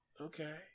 okay